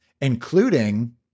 including